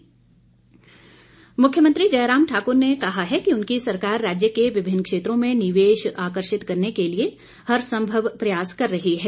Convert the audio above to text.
मुख्यमंत्री मुख्यमंत्री जयराम ठाकुर ने कहा है कि उनकी सरकार राज्य के विभिन्न क्षेत्रों में निवेश आकर्षित करने के लिए हरसंभव प्रयास कर रही है